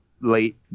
late